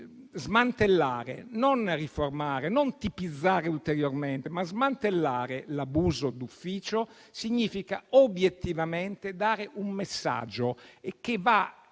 penso perché non riformare e non tipizzare ulteriormente, ma smantellare l'abuso d'ufficio significa obiettivamente dare un messaggio che va